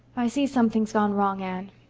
i see something's gone wrong, anne.